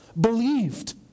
believed